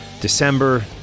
December